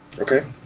Okay